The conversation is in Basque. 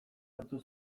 hartu